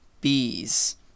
bees